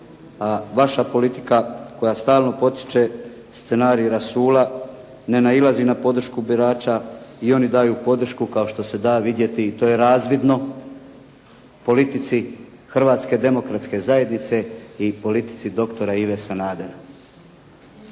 Vaša politika koja stalno potiče scenarij rasula, ne nailazi na podršku kao što se da vidjeti i to je razvidno politici Hrvatske demokratske zajednice i politici dr. Ive Sanadera.